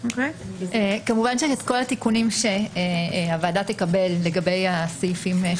כמובן מספרי התיקונים שהוועדה תקבל לגבי הסעיפים,